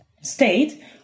state